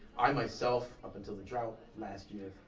i myself, up until the drought last year,